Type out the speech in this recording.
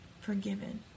forgiven